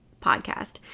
podcast